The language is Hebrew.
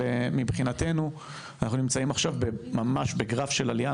מבחינתנו אנחנו נמצאים עכשיו ממש בגרף של עלייה.